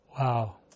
Wow